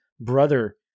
brother